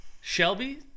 Shelby